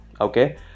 okay